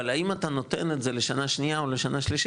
אבל האם אתה נותן את זה לשנה שניה או שלישית,